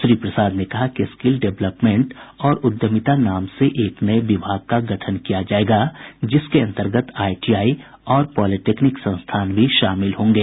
श्री प्रसाद ने कहा कि स्किल डेवलपमेंट और उद्यमिता नाम से एक नये विभाग का गठन किया जायेगा जिसके अंतर्गत आईटीआई और पॉलिटेक्निक संस्थान भी शामिल होंगे